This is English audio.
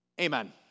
Amen